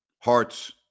hearts